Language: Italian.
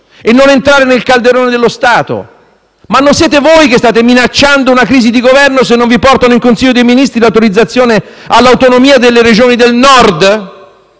e non entrare nel calderone dello Stato? Non siete voi che state minacciando una crisi di Governo se non vi portano in Consiglio dei ministri l'autorizzazione all'autonomia delle Regioni del Nord?